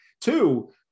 Two